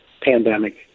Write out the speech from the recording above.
pandemic